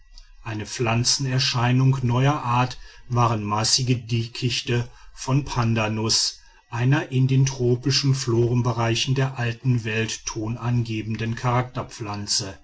eine pflanzenerscheinung neuer art waren massige dickichte von pandanus einer in den tropischen florenbereichen der alten welt tonangebenden